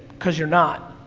cause you're not.